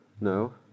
no